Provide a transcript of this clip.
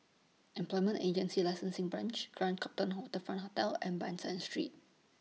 Employment Agency Licensing Branch Grand Copthorne Waterfront Hotel and Ban San Street